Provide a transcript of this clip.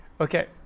Okay